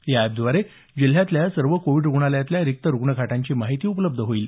या अॅपद्वारे जिल्ह्यातल्या सर्व कोविड रुग्णालयातल्या रिक्त रुग्णखाटांची माहिती उपलब्ध होणार आहे